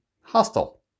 hostile